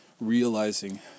realizing